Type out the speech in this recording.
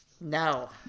No